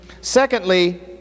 Secondly